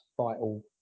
vital